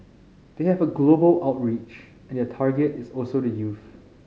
they have a global outreach and their target is also the youth